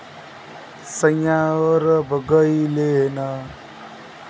सैयाँ अरब गइले ना